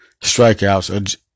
strikeouts